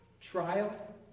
trial